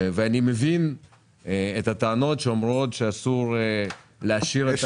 אני מבין את הטענות שאומרות שאסור להשאיר --- אדוני,